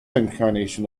incarnation